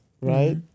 right